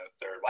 third